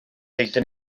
aethon